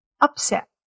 upset